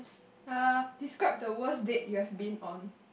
uh describe the worst date you have been on